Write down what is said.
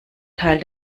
teil